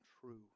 true